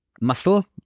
Muscle